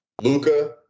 Luca